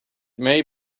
may